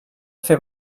fer